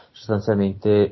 sostanzialmente